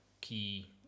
key